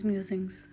Musings